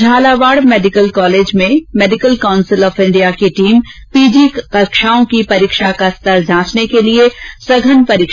Jhalawar medical college में medical council of India की team PG कक्षाओं की परीक्षा का स्तर जांचने के लिए सघन परीक्षण कर रही है